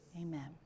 Amen